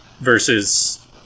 versus